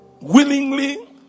willingly